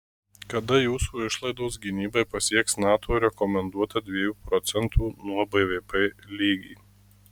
kada jūsų išlaidos gynybai pasieks nato rekomenduotą dviejų procentų nuo bvp lygį